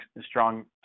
strong